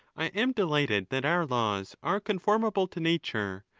i am delighted that our laws are con formable to nature,